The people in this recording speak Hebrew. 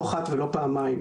לא אחת ולא פעמיים.